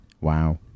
Wow